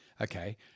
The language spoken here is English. Okay